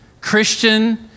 Christian